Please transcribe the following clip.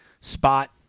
spot